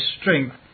strength